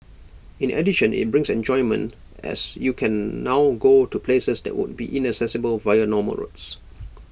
in addition IT brings enjoyment as you can now go to places that would be inaccessible via normal roads